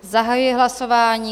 Zahajuji hlasování.